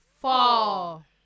four